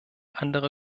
andere